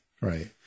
right